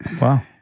wow